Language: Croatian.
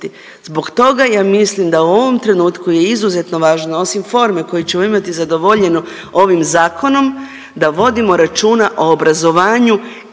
Zbog toga ja mislim da u ovom trenutku je izuzetno važno, osim forme koju ćemo imati zadovoljenu ovim zakonom, da vodimo računa o obrazovanju